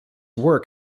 work